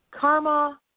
karma